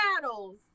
battles